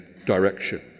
direction